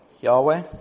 Yahweh